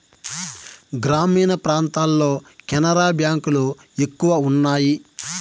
గ్రామీణ ప్రాంతాల్లో కెనరా బ్యాంక్ లు ఎక్కువ ఉన్నాయి